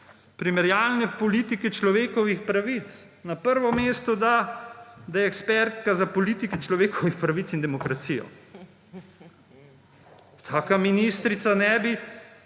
Primerjalne politike človekovih pravic, na prvo mesto da, da je ekspertka za politike človekovih pravic in demokracijo. Taka ministrica ne bi